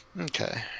Okay